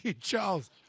Charles